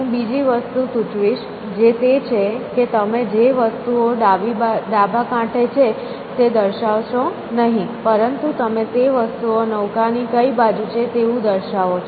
હું બીજી વસ્તુ સૂચવીશ જે તે છે કે તમે જે વસ્તુઓ ડાબી બાજુ કાંઠે છે તે દર્શાવશો નહીં પરંતુ તમે તે વસ્તુઓ નૌકા ની કઈ બાજુએ છે તેવું દર્શાવો છો